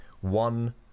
one